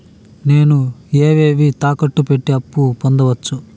నేను ఏవేవి తాకట్టు పెట్టి అప్పు పొందవచ్చు?